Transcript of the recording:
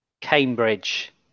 Cambridge